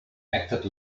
acted